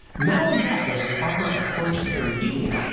not only that, but as parker approached perihelion,